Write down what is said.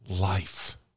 life